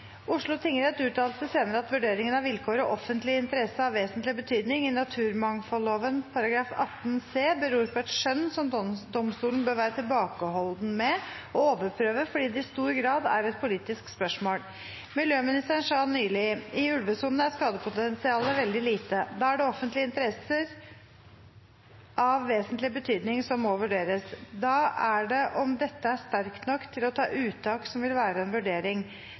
Oslo tingrett har sagt. Statsrådens uttalelse var: «I ulvesonen er skadepotensialet veldig lite. Da er det offentlige interesser av vesentlig betydning som må vurderes. Da er det om dette er sterkt nok til å ta uttak, som vil være en vurdering.